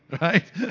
right